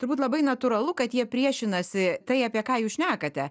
turbūt labai natūralu kad jie priešinasi tai apie ką jūs šnekate